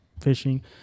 fishing